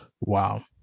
Wow